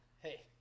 Hey